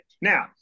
Now